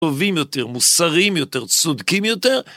טובים יותר, מוסריים יותר, צודקים יותר.